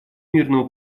мирного